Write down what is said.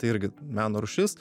tai irgi meno rūšis